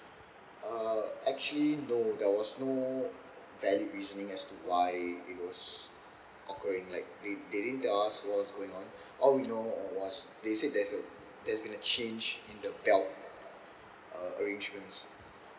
uh actually no there was no valid reasoning as to why it was occurring like they they didn't tell us what was going on all we know was they said there's a there's been a change in the belt uh arrangement